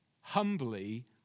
humbly